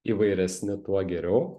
įvairesni tuo geriau